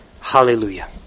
Hallelujah